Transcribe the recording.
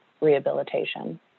rehabilitation